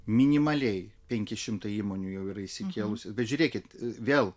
minimaliai penki šimtai įmonių jau yra išsikėlusios bet žiūrėkit vėl